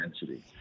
density